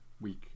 week